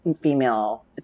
female